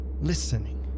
listening